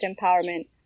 empowerment